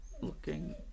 looking